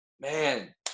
Man